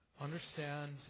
understand